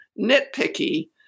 nitpicky